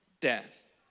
death